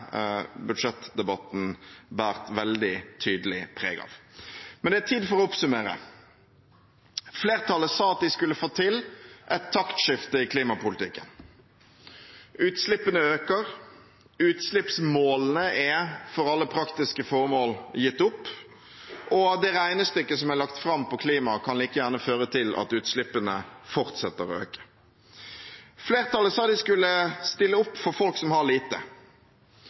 budsjettdebatten båret veldig tydelig preg av. Det er tid for å oppsummere. Flertallet sa at de skulle få til et taktskifte i klimapolitikken. Utslippene øker, utslippsmålene er for alle praktiske formål gitt opp, og det regnestykket som er lagt fram når det gjelder klima, kan like gjerne føre til at utslippene fortsetter å øke. Flertallet sa de skulle stille opp for folk som har lite.